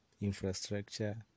infrastructure